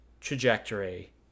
trajectory